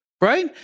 right